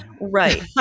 right